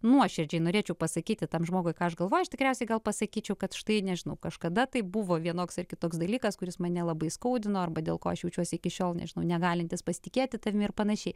nuoširdžiai norėčiau pasakyti tam žmogui ką aš galvoju tikriausiai gal pasakyčiau kad štai nežinau kažkada tai buvo vienoks ar kitoks dalykas kuris mane labai skaudino arba dėl ko aš jaučiuosi iki šiol nežinau negalintis pasitikėti tavimi ir panašiai